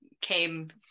came